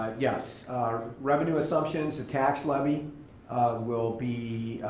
ah yes. our revenue assumptions. the tax levy will be,